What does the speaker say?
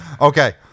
Okay